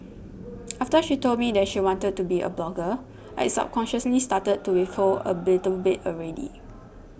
after she told me that she wanted to be a blogger I subconsciously started to withhold a bitten bit already